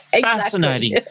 fascinating